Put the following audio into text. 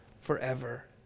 forever